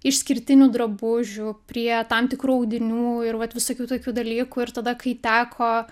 išskirtinių drabužių prie tam tikrų audinių ir vat visokių tokių dalykų ir tada kai teko